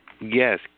yes